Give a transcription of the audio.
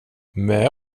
med